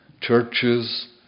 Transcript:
Churches